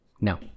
No